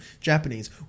Japanese